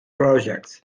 projects